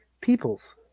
peoples